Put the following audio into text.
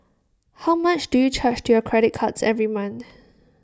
how much do you charge to your credit cards every month